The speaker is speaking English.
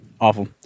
Awful